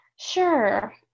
Sure